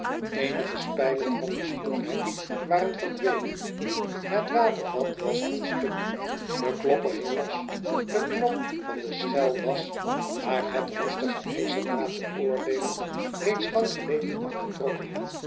eenige spijlen van het stoephek waren verdwenen het watervat was aan stuk de klopper hing los de knop van de schel was naar het roestige ijzerdraad te oordeelen reeds lang geleden afgetrokken